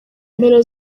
mpera